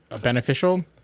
beneficial